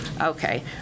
okay